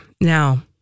Now